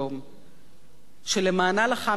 שלמענה לחם כדי שתהיה צודקת,